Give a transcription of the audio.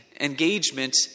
engagement